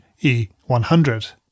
E100